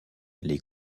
les